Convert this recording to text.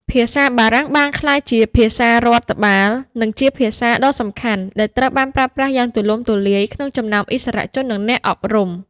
ភាសាបារាំងបានក្លាយជាភាសារដ្ឋបាល និងជាភាសាដ៏សំខាន់ដែលត្រូវបានប្រើប្រាស់យ៉ាងទូលំទូលាយក្នុងចំណោមឥស្សរជន និងអ្នកអប់រំ។